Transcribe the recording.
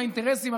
שהאינטרסים,